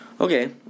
Okay